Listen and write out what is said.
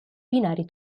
binari